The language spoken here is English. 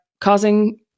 causing